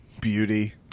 beauty